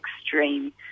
extreme